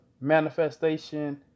manifestation